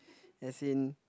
as in